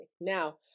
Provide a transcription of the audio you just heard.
Now